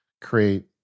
create